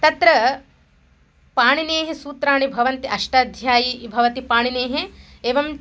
तत्र पाणिनेः सूत्राणि भवन्ति अष्टाध्यायी भवति पाणिनेः एवं